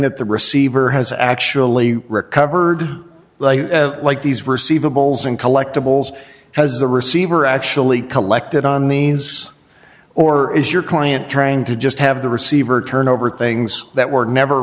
that the receiver has actually recovered like these receivables and collectibles has the receiver actually collected on these or is your client trying to just have the receiver turn over things that were never